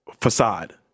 facade